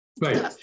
Right